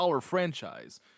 franchise